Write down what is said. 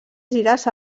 gires